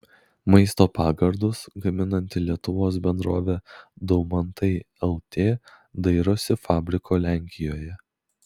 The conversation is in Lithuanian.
maisto pagardus gaminanti lietuvos bendrovė daumantai lt dairosi fabriko lenkijoje